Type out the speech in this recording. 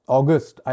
August